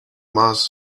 mars